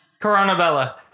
Coronabella